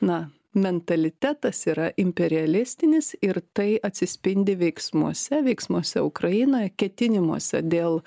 na mentalitetas yra imperialistinis ir tai atsispindi veiksmuose veiksmuose ukrainoje ketinimuose dėl